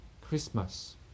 Christmas